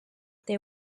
they